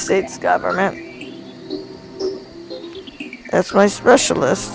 states government that's why specialist